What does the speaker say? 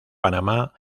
panamá